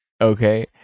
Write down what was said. okay